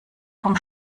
vom